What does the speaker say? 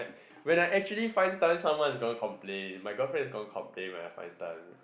when I actually find time someone's gonna complain my girlfriend is gonna complain when I find time